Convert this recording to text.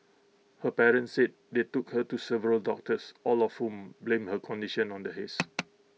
her parents said they took her to several doctors all of whom blamed her condition on the haze